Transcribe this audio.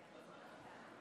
חברי הכנסת,